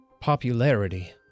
popularity